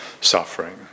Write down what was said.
suffering